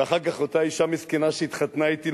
ואחר כך אותה אשה מסכנה שהתחתנה אתי,